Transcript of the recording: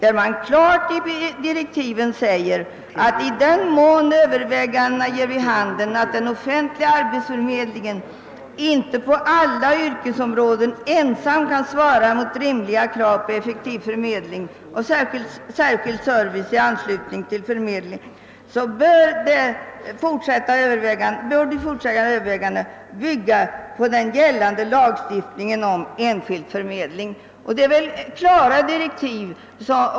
I dess direktiv sägs klart ifrån att >i den mån övervägandena ger vid handen att den offentliga arbetsförmedlingen inte på alla yrkesområden ensam kan svara mot rimliga krav på effektiv förmedling och särskild service i anslutning till förmedlingen, bör de fortsatta övervägandena bygga på den gällande lagstiftningen om enskild förmedling». Det är väl tydliga och bestämda direktiv.